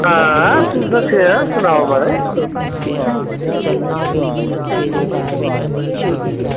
हां तुस दस्सेओ सुनाओ महाराज